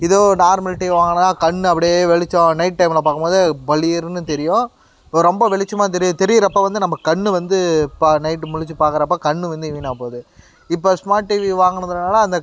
இதோ normal TV வாங்குனா கண் அப்டி வெளிச்சம் நைட் டைம்ல பார்க்கும்போது பளீருன்னு தெரியும் இப்போ ரொம்ப வெளிச்சமாக தெரியி தெரிகிறப்ப வந்து நம்ம கண் வந்து ப நைட் முழிச்சு பார்க்குறப்ப கண் வந்து வீணாக போகுது இப்போ ஸ்மார்ட் டிவி வாங்குனதனால அந்த